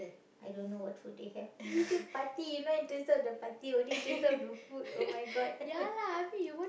I don't know what food they have you say party you not interested on the party only interested on the food !oh-my-God!